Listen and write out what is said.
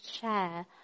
share